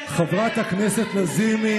ברור, כולם גיבורים.